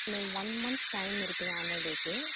இன்னும் one months time இருக்குது annual டேக்கு